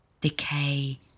decay